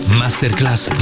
masterclass